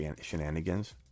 shenanigans